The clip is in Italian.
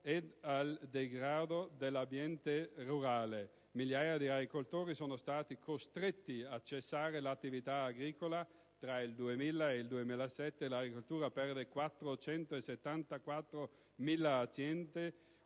e al degrado dell'ambiente rurale. Migliaia di agricoltori sono stati costretti a cessare l'attività agricola. Tra il 2000 e il 2007 l'agricoltura perde 474.000 aziende,